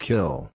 Kill